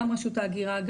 גם רשות ההגירה,